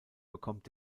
bekommt